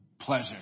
pleasure